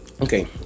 okay